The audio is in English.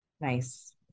Nice